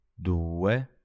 due